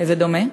זה דומה.